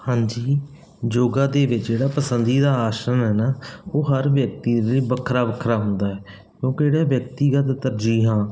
ਹਾਂਜੀ ਯੋਗਾ ਦੇ ਵਿੱਚ ਜਿਹੜਾ ਪਸੰਦੀਦਾ ਆਸਣ ਹੈ ਨਾ ਉਹ ਹਰ ਵਿਅਕਤੀ ਦੇ ਵੱਖਰਾ ਵੱਖਰਾ ਹੁੰਦਾ ਉਹ ਕਿਹੜੇ ਵਿਅਕਤੀਗਤ ਤਰਜੀਹਾਂ